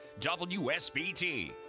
WSBT